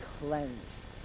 cleansed